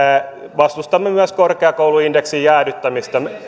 vastustamme myös korkeakouluindeksin jäädyttämistä on